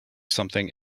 something